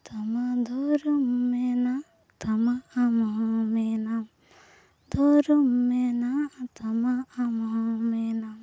ᱛᱟᱢᱟ ᱫᱷᱚᱨᱚᱢ ᱢᱮᱱᱟᱜ ᱛᱟᱢᱟ ᱟᱢᱦᱚᱸ ᱢᱮᱱᱟᱢ ᱫᱷᱚᱨᱚᱢ ᱢᱮᱱᱟᱜ ᱛᱟᱢᱟ ᱟᱢᱦᱚᱸ ᱢᱮᱱᱟᱢ